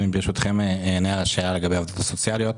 אז אני ברשותכם אענה על השאלה לגבי העובדות הסוציאליות.